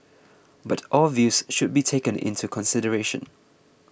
but all views should be taken into consideration